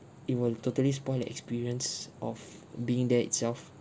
it will totally spoil the experience of being there itself